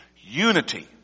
unity